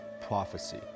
prophecy